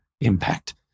impact